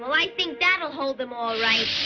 like think that'll hold them, all right.